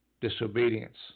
Disobedience